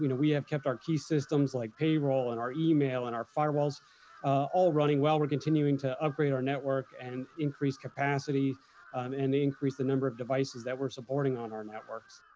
you know we have kept our key systems like payroll, and our email and our firewalls all running well. we're continuing to upgrade our network and increase capacity um and increase the number of devices that we're supporting on our networks.